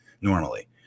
normally